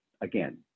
again